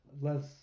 less